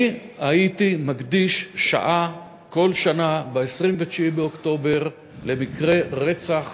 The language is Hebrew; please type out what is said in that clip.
אני הייתי מקדיש כל שנה ב-29 באוקטובר שעה למקרה הרצח